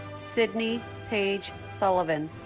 sydney paige sullivan